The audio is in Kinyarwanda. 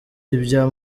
ibya